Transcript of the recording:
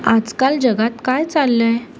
आजकाल जगात काय चाललं आहे